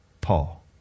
Paul